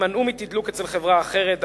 יימנעו מתדלוק אצל חברה אחרת,